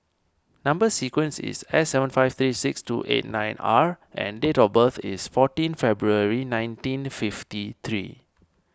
Number Sequence is S seven five three six two eight nine R and date of birth is fourteen February nineteen fifty three